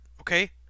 okay